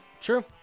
True